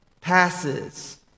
passes